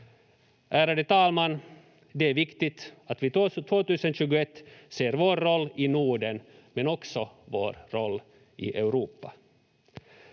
Ärade talman! Det är viktigt att vi 2021 ser vår roll i Norden, men också vår roll i Europa.